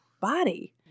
body